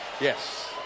Yes